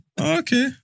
Okay